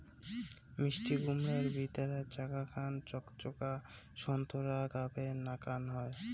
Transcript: মিষ্টিকুমড়ার ভিতিরার জাগা খান চকচকা সোন্তোরা গাবের নাকান হই